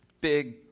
big